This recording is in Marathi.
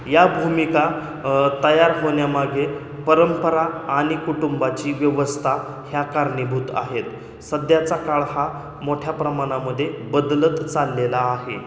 या भूमिका तयार होण्यामागे परंपरा आणि कुटुंबाची व्यवस्था ह्या कारणिभूत आहेत सध्याचा काळ हा मोठ्या प्रमाणामध्ये बदलत चाललेला आहे